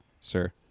sir